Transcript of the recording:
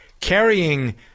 carrying